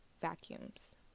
vacuums